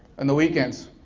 and the weekends.